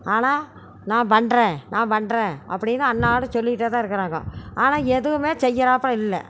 ஆனால் நான் பண்றேன் நான் பண்றேன் அப்படின்னு அன்றாடம் சொல்லிகிட்டேதான் இருக்கிறாங்க ஆனால் எதுவுமே செய்கிறாப்புல இல்லை